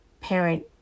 parent